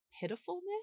pitifulness